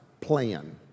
plan